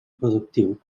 productiu